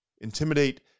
Intimidate